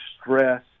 stress